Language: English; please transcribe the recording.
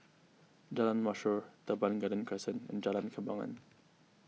Jalan Mashhor Teban Garden Crescent and Jalan Kembangan